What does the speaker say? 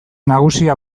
nagusi